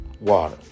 Water